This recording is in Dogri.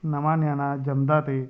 नमां ञ्याना जम्मदा ते